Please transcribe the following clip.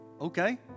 Okay